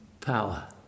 power